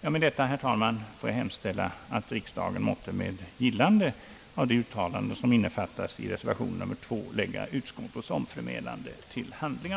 Med detta, herr talman, hemställer jag, att riksdagen måtte med gillande av det uttalande som innefattas i reservation nr 2 lägga utskottets omförmälan till handlingarna.